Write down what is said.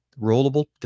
rollable